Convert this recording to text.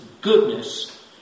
goodness